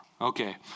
Okay